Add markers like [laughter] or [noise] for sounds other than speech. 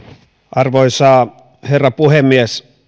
arvoisa herra puhemies [unintelligible]